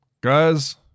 Guys